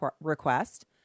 request